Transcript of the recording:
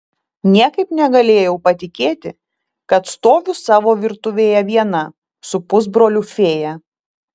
niekaip negalėjau patikėti kad stoviu savo virtuvėje viena su pusbroliu fėja